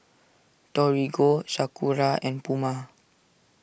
Torigo Sakura and Puma